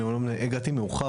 אני אמנם הגעתי מאוחר,